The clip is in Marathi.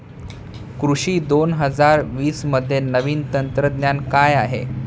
कृषी दोन हजार वीसमध्ये नवीन तंत्रज्ञान काय आहे?